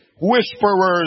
whisperers